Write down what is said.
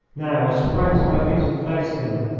now i sprang to my feet and faced him.